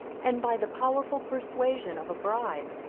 and, by the powerful persuasion of a bribe,